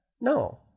No